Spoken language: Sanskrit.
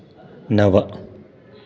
नव